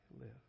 live